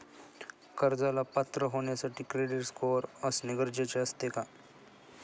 कर्जाला पात्र होण्यासाठी क्रेडिट स्कोअर असणे गरजेचे असते का?